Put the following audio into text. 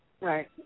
Right